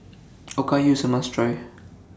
Okayu IS A must Try